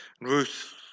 Ruth